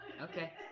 Okay